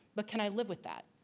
but can i live with that?